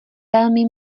velmi